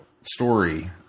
story